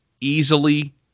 easily